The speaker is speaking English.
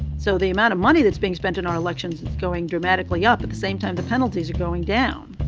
so the amount of money that is being spent on our elections is going dramatically up at the same time the penalties are going down.